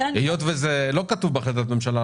היות וזה לא כתוב בהחלטת ממשלה,